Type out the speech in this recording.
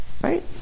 right